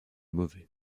mauvais